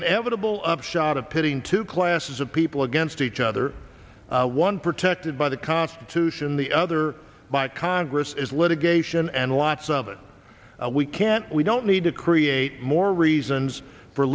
inevitable upshot of pitting two classes of people against each other one protected by the constitution the other by congress is litigation and lots of it we can't we don't need to create more reasons for